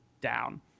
down